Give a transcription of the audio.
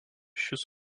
šis